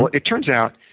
it turns out,